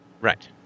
Right